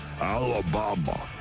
Alabama